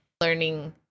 learning